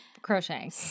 Crocheting